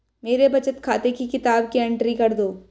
मेरे बचत खाते की किताब की एंट्री कर दो?